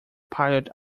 pilot